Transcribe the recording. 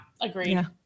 Agreed